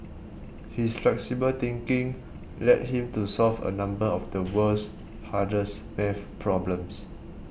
his flexible thinking led him to solve a number of the world's hardest math problems